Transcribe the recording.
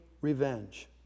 revenge